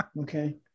Okay